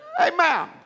Amen